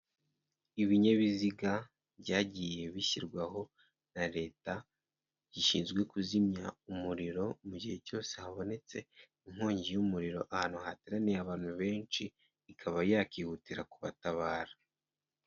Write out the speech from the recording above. Ibinyabiziga byagiye bishyirwaho na leta, bishinzwe kuzimya umuriro mu gihe cyose habonetse inkongi y'umuriro ahantu hateraniye abantu benshi, ikaba yakihutira kubatabara.